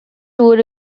would